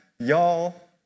y'all